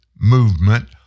movement